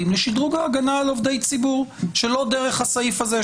לשדרוג ההגנה על עובדי ציבור שלא דרך הסעיף הזה,